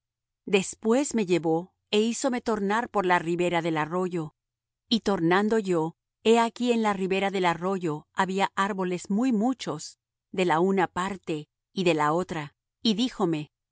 después me llevó é hízome tornar por la ribera del arroyo y tornando yo he aquí en la ribera del arroyo había árboles muy muchos de la una parte y de la otra y díjome